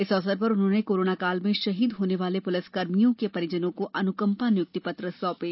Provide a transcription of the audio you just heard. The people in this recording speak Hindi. इस अवसर पर उन्होंने कोरोना काल में शहीद होने वाले पुलिसकर्मियों के परिजनों को अनुकंपा नियुक्ति पत्र सौंपे